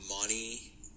money